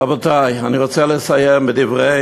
רבותי, אני רוצה לסיים בדברי